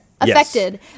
Affected